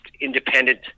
independent